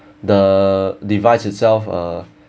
the device itself uh